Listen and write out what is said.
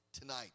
Tonight